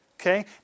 Okay